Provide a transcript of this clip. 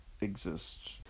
exist